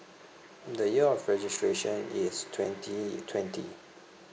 the year of registration is twenty twenty